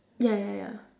ya ya ya